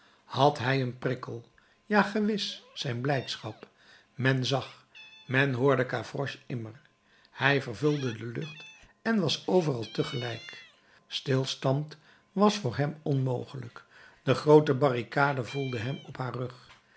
had hij een prikkel ja gewis zijn blijdschap men zag men hoorde gavroche immer hij vervulde de lucht en was overal tegelijk stilstand was voor hem onmogelijk de groote barricade voelde hem op haar rug